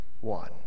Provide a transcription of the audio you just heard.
one